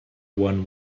one